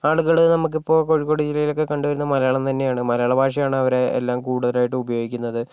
ആളുകൾ നമുക്കിപ്പോൾ കോഴിക്കോട് ജില്ലയിലൊക്കെ കണ്ടുവരുന്ന മലയാളം തന്നെയാണ് മലയാളഭാഷയാണ് അവരെല്ലാം കൂടുതലായിട്ട് ഉപയോഗിക്കുന്നത്